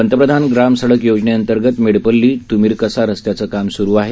पंतप्रधान ग्राम सडक योजनेंतर्गत मेडपल्ली तुमीरकसा रस्त्याचं काम सुरु आहे